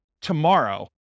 tomorrow